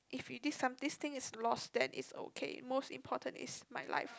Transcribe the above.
if already some this thing is lost then it's okay most important is my life